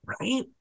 right